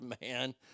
man